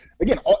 again